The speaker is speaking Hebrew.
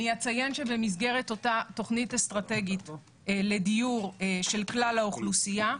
אציין שבמסגרת אותה תוכנית אסטרטגית לדיור של כלל האוכלוסייה,